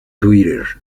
twitter